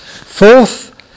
Fourth